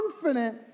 confident